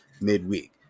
midweek